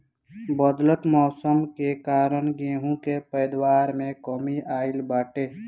बदलत मौसम के कारण गेंहू के पैदावार में कमी आइल बाटे